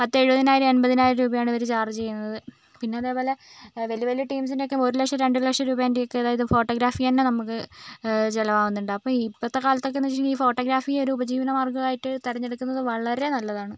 പത്തെഴുപതിനായിരം എൺപതിനായിരം രൂപയാണ് ഇവർ ചാർജ് ചെയ്യുന്നത് പിന്നേ അതേപോലെ വലിയ വലിയ ടീംസിനൊക്കെ ഒരു ലക്ഷം രണ്ട് ലക്ഷം രൂപേൻറ്റെയൊക്കേ അതായത് ഫോട്ടോഗ്രാഫി തന്നേ നമുക്ക് ചിലവാകുന്നുണ്ട് അപ്പോൾ ഇപ്പോഴത്തെ കാലത്തൊക്കെയെന്ന് വെച്ചിട്ടുണ്ടെങ്കിൽ ഫോട്ടോഗ്രാഫി ഒരു ഉപജീവനമാർഗ്ഗമായിട്ട് തിരഞ്ഞെടുക്കുന്നത് വളരേ നല്ലതാണ്